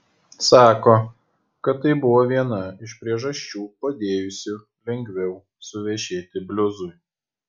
sako kad tai buvo viena iš priežasčių padėjusių lengviau suvešėti bliuzui